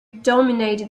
dominated